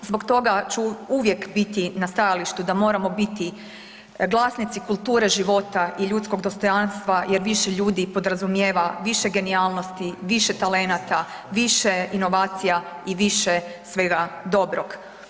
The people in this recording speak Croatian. Zbog toga ću uvijek biti na stajalištu da moramo biti glasnici kulture života i ljudskog dostojanstva jer više ljudi i podrazumijeva više genijalnosti, više talenata, više inovacija i više svega dobrog.